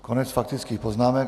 Konec faktických poznámek.